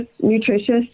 nutritious